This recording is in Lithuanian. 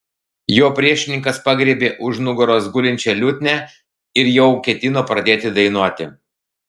jo priešininkas pagriebė už nugaros gulinčią liutnią ir jau ketino pradėti dainuoti